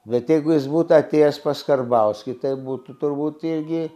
bet jeigu jis būtų atėjęs pas karbauskį tai būtų turbūt irgi